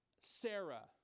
Sarah